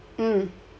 mm